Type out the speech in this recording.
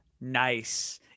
nice